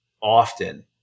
often